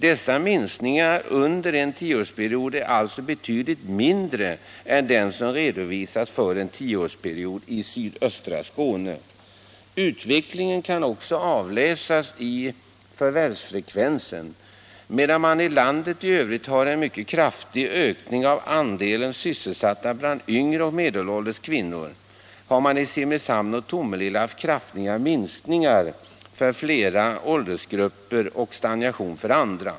Dessa minskningar under en tioårsperiod är alltså betydligt mindre än de som redovisats för en tioårsperiod i sydöstra Skåne. Utvecklingen kan också avläsas i förvärvsfrekvensen. Medan man i landet i övrigt har en mycket kraftig ökning av andelen sysselsatta bland yngre och medelålders kvinnor, har man i Simrishamn och Tomelilla haft kraftiga minskningar för flera åldersgrupper och stagnation för andra.